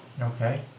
Okay